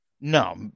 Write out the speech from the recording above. No